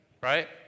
Right